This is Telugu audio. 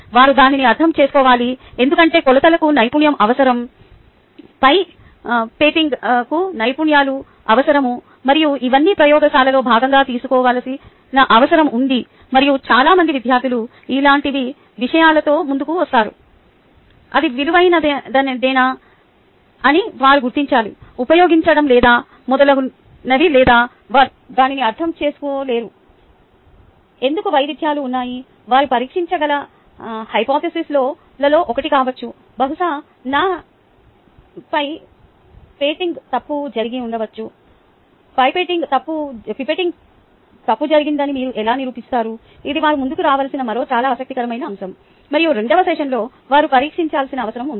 వారు దానిని అర్ధం చేసుకోవాలి ఎందుకంటే కొలతలకు నైపుణ్యం అవసరం పైప్టింగ్కు నైపుణ్యాలు అవసరం మరియు ఇవన్నీ ప్రయోగశాలలో భాగంగా తీసుకోవలసిన అవసరం ఉంది మరియు చాలా మంది విద్యార్థులు ఇలాంటి విషయాలతో ముందుకు వస్తారు అది విలువైనదేనా అని వారు గుర్తించాలి ఉపయోగించడం లేదా మొదలగునవి లేదా వారు దీనిని అర్థం చేసుకోలేరు ఎందుకు వైవిధ్యాలు ఉన్నాయి వారు పరీక్షించగల హైపొథేసిస్లలో ఒకటి కావచ్చు బహుశా నా పైప్టింగ్ తప్పు జరిగి ఉండవచ్చు పైప్టింగ్ తప్పు జరిగిందని మీరు ఎలా నిరూపిస్తారు ఇది వారు ముందుకు రావాల్సిన మరో చాలా ఆసక్తికరమైన అంశం మరియు రెండవ సెషన్లో వారు పరీక్షించాల్సిన అవసరం ఉంది